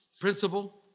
principle